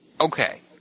okay